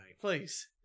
Please